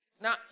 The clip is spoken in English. Now